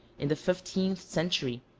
in the fifteenth century,